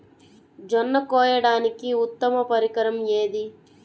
జొన్న కోయడానికి ఉత్తమ పరికరం ఏది?